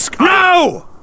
No